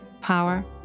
power